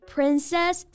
Princess